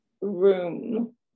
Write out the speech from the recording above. room